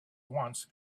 once